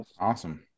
awesome